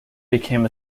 became